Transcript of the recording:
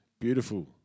Beautiful